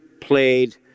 played